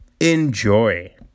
enjoy